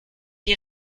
die